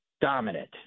dominant